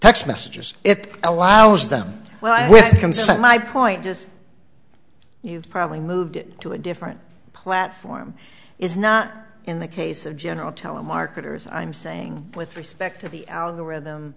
text messages it allows them well i can send my point is you've probably moved it to a different platform it's not in the case of general telemarketers i'm saying with respect to the algorithm